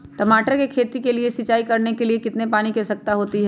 टमाटर की खेती के लिए सिंचाई करने के लिए कितने पानी की आवश्यकता होती है?